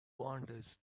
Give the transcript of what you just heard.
wanders